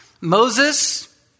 Moses